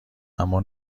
اما